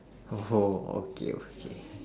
!oho! okay okay